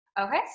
Okay